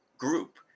group